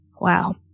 Wow